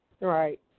Right